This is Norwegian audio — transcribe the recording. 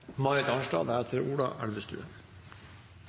Marit Arnstad,